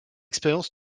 expérience